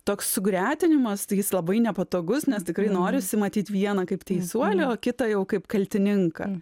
toks sugretinimas tai jis labai nepatogus nes tikrai norisi matyt vieną kaip teisuolį o kitą jau kaip kaltininką